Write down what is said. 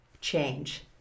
change